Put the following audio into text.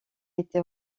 été